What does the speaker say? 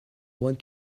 want